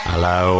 Hello